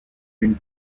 une